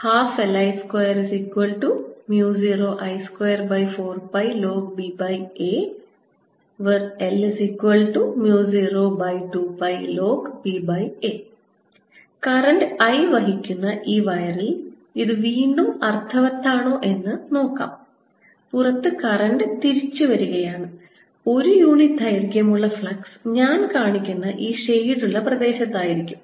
12LI20I24πlnbaL02πlnba current I വഹിക്കുന്ന ഈ വയറിൽ ഇത് വീണ്ടും അർത്ഥവത്താണോ എന്ന് നോക്കാം പുറത്ത് കറൻറ് തിരിച്ചുവരികയാണ് ഒരു യൂണിറ്റ് ദൈർഘ്യമുള്ള ഫ്ലക്സ് ഞാൻ കാണിക്കുന്ന ഈ ഷേഡുള്ള പ്രദേശത്തായിരിക്കും